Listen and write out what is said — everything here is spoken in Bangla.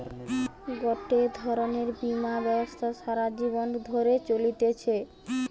গটে ধরণের বীমা ব্যবস্থা সারা জীবন ধরে চলতিছে